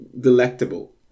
delectable